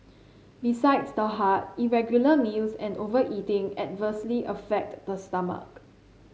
besides the heart irregular meals and overeating adversely affect the stomach